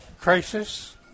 crisis